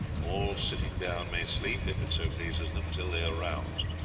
all sitting down may sleep, if it so pleases them, till they are roused.